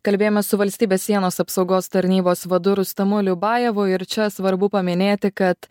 kalbėjome su valstybės sienos apsaugos tarnybos vadu rustamu liubajevu ir čia svarbu paminėti kad